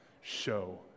show